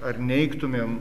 ar neigtumėm